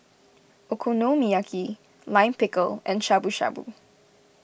Okonomiyaki Lime Pickle and Shabu Shabu